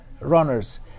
runners